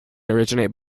originate